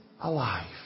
alive